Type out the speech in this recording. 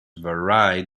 vary